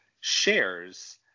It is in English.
shares